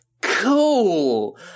Cool